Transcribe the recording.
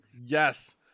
Yes